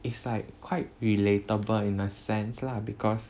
is like quite relatable in a sense lah because